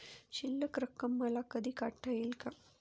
शिल्लक रक्कम मला कधी काढता येईल का?